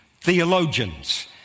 theologians